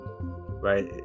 right